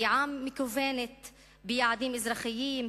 פגיעה מכוונת ביעדים אזרחיים,